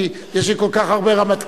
כי יש לי כל כך הרבה רמטכ"לים.